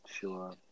Sure